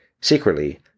secretly